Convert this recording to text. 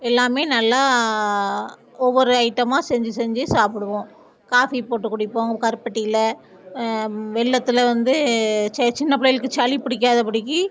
எல்லாமே நல்லா ஒவ்வொரு ஐட்டமாக செஞ்சு செஞ்சு சாப்பிடுவோம் காஃபி போட்டு குடிப்போம் கருப்பட்டியில் வெல்லத்தில் வந்து சரி சின்ன புள்ளைகளுக்கு சளி பிடிக்காத படிக்கு